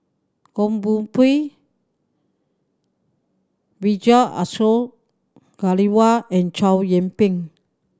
Goh Koh Pui Vijesh Ashok Ghariwala and Chow Yian Ping